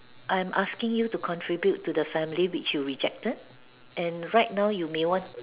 I'm asking you to contribute to the family which you rejected and right now you may want